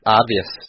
obvious